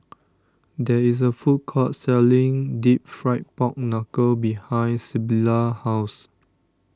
there is a food court selling Deep Fried Pork Knuckle behind Sybilla's house